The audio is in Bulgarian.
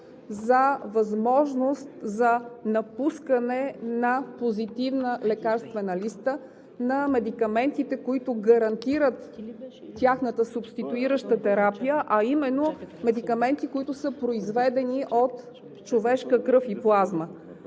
за възможност за напускане на Позитивната лекарствена листа на медикаментите, които гарантират тяхната субституираща терапия, а именно медикаменти, които са произведени от човешка кръв и плазма.